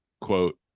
quote